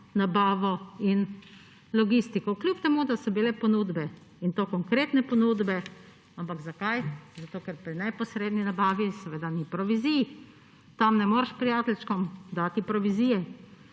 nabavo in logistiko, kljub temu da so bile ponudbe, in to konkretne ponudbe – ampak zakaj? Zato ker pri neposredni nabavi seveda ni provizij. Tam ne moreš prijateljčkom dati provizije.